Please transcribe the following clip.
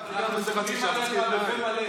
סומכים עליך בפה מלא.